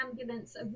ambulance